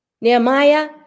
Nehemiah